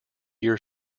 year